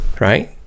Right